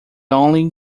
only